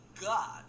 God